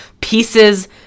Pieces